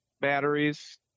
batteries